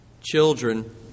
children